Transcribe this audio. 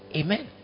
amen